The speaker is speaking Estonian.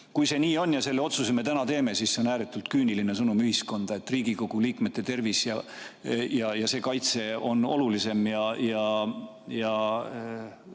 Kui see nii on ja me selle otsuse täna teeme, siis see on ääretult küüniline sõnum ühiskonnale, et Riigikogu liikmete tervis ja kaitse on olulisem